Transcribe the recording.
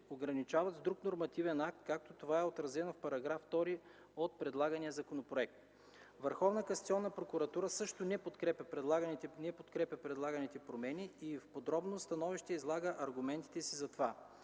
ограничават с друг нормативен акт, както това е отразено в § 2 от предлагания законопроект. Върховната касационна прокуратура също не подкрепя предлаганите промени и в подробно становище излага аргументите си за това.